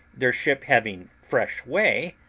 their ship having fresh way,